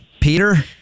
Peter